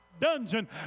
dungeon